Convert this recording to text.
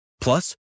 Plus